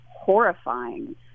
horrifying